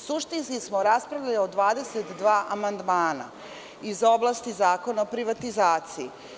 Suštinski smo raspravljali o 22 amandmana iz oblasti Zakona o privatizaciji.